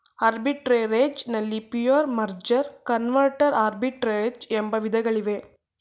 arbitrage ನಲ್ಲಿ pure, merger, converter arbitrage ಎಂಬ ವಿಧಗಳಿವೆ